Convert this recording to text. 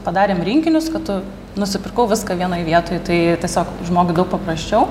padarėm rinkinius kad tu nusipirkau viską vienoj vietoj tai tiesiog žmogui gal paprasčiau